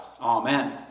Amen